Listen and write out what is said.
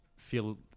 feel